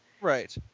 Right